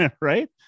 right